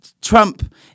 Trump